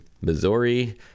Missouri